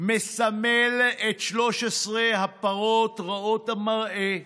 מסמל את 13 הפרות רעות המראה.